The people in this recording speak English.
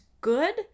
good